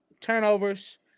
turnovers